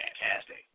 fantastic